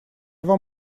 вам